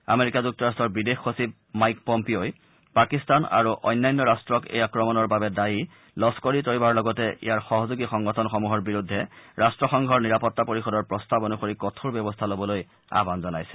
America যুক্তৰাট্টৰ বিদেশ সচিব মাইক পম্পিঅই পাকিস্তান আৰু অন্যান্য ৰাট্টক এই আক্ৰমণৰ বাবে দায়ী লস্কৰ ই তৈয়বাৰ লগতে ইয়াৰ সহযোগী সংগঠনসমূহৰ বিৰুদ্ধে ৰাষ্ট্ৰসংঘৰ নিৰাপত্তা পৰিযদৰ প্ৰস্তাৱ অনুসৰি কঠোৰ ব্যৱস্থা ল'বলৈ আহ্বান জনাইছে